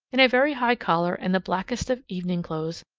in a very high collar and the blackest of evening clothes,